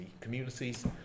communities